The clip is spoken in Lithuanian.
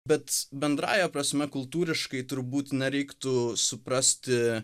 bet bendrąja prasme kultūriškai turbūt nereiktų suprasti